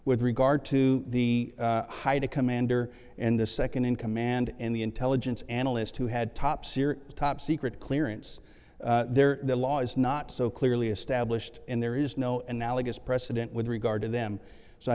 with regard to the haida commander and the second in command and the intelligence analyst who had top series top secret clearance there the law is not so clearly established and there is no analogous precedent with regard to them so i